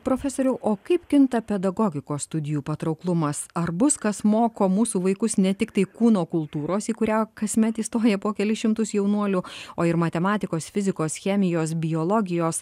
profesoriau o kaip kinta pedagogikos studijų patrauklumas ar bus kas moko mūsų vaikus ne tiktai kūno kultūros į kurią kasmet įstoja po kelis šimtus jaunuolių o ir matematikos fizikos chemijos biologijos